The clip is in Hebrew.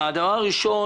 הדבר הראשון,